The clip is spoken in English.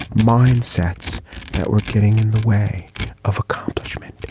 mindsets that we're getting in the way of accomplishment